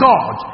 God